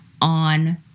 on